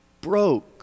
broke